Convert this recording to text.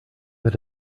that